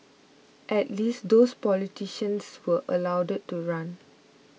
at least those politicians were allowed to run